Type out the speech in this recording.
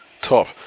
top